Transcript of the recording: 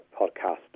podcast